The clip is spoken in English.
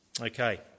Okay